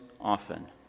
often